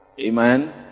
Amen